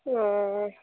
ओऽ